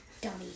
dummy